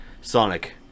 sonic